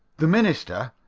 the minister,